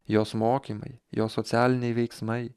jos mokymai jos socialiniai veiksmai